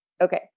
Okay